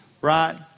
right